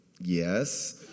Yes